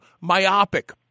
myopic